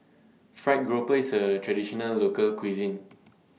Fried Grouper IS A Traditional Local Cuisine